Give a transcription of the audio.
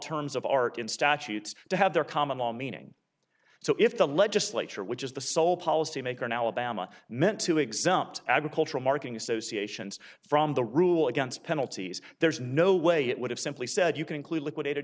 terms of art in statutes to have their common law meaning so if the legislature which is the sole policy maker in alabama meant to exempt agricultural marking associations from the rule against penalties there's no way it would have simply said you can include liquidated